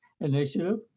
initiative